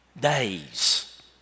days